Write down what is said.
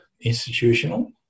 institutional